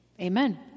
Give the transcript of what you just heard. Amen